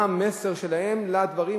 מה המסר שלהם לדברים,